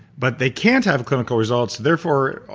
but they can't have clinical results. therefore,